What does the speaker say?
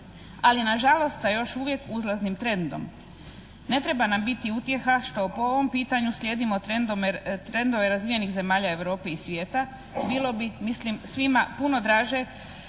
ali na žalost sa još uvijek uzlaznim trendom. Ne treba nam biti utjeha što po ovom pitanju slijedimo trendove razvijenih zemalja Europe i svijeta, bilo bi mislim svima puno draže